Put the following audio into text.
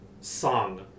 Song